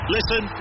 Listen